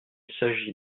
s’agit